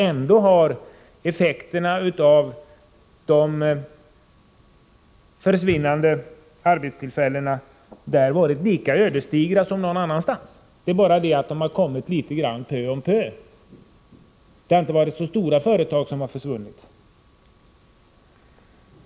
Ändå har effekterna av de försvunna arbetstillfällena varit lika ödesdigra som någon annanstans. Det är bara det att dessa kommit litet pö om pö. Det har inte varit så stora företag som försvunnit.